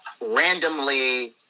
randomly